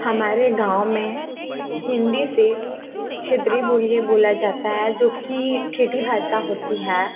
हमारे गाँव में हिंदी से क्षेत्रीय बोली बोला जाती है जो कि ठेठी भाषा होती है